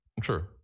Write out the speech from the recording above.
True